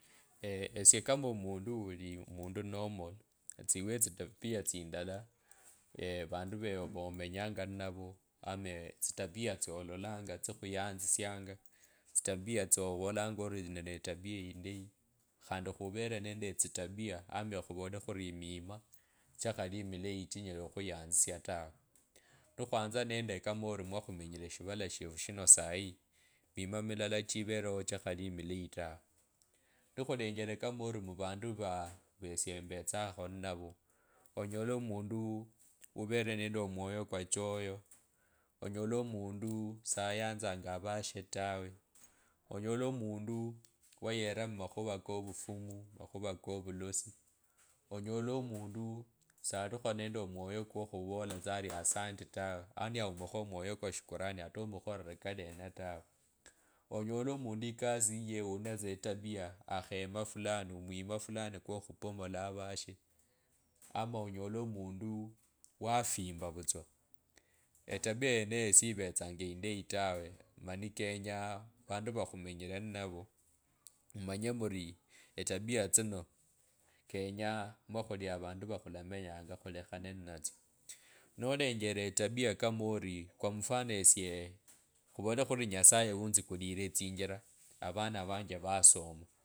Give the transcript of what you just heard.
esie kama omundu uli omundu normal tsiwo etsitabia tsindala vandu omenyanga ninovo ama tsitabia tsololanga tsikhuyanzisianga tsitabia tsyovolanga oriyono ne tabia indeyi khandi khuvere nende etsitabia ama khuvole khurive emima chakhali mileyi chinyela khunyanzisia ta. Nikhwanza nende ori mwa khumenyire shavala shefu shino sayi mima mulala chivelewo chikhali mileyi taa. Nikhulenjele kama ori muvandu vaa,, aa kama ori vesye embetsakho ninavo onyole omundu uu uvele nende omwoyo kwa choyo onyole omundu sayanzanga vashe tawe onyole omundu wayera mumakhuva kovufumu makhuva kovulasi, onyole omundu salikho nende omwoyo khokhuvolakhola tsa ari asandi tawe, yani aumokho omwoyo kwa shukurani hata amukhore kalena tawe onyole omundu ekasi yiyo unatsa etabiya akhema fulani omwima fulani kwokhupomola avashe ama onyole omundu wafimba vutsa. Etabiya yeneyo siyivetsa indeyi tawe mani kenya avandu vakhumenyire ninavo mmanye muri etabiya tsino kenya mushuli avandu vakhulamenyanga khulekhana ninetsyo nolenjele etabiya kama ori kwa mfano esye khuvole khurinyasaye witsukulile etsinjila avana vanje vasoma.